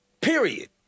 Period